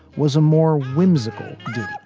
was a more whimsical dip